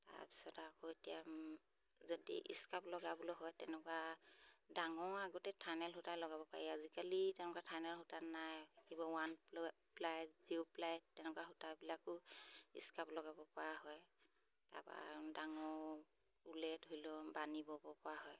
তাৰপিছত আকৌ এতিয়া যদি স্কাৰ্ফ লগাবলৈ হয় তেনেকুৱা ডাঙৰ আগতে থাইনেল সূতা লগাব পাৰি আজিকালি তেনেকুৱা থাইনেল সূতা নাই কিবা ওৱান প্ল প্লাই জিৰ' প্লাই তেনেকুৱা সূতাবিলাকো স্কাৰ্ফ লগাব পৰা হয় তাপা ডাঙৰ ঊলে ধৰি লওক বান্ধি বোৱা হয়